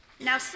Now